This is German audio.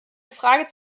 frage